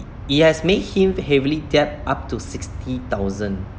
it has made him heavily debt up to sixty thousand